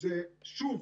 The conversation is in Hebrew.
הוא שוב